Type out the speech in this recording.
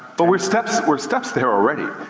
but we're steps we're steps there already.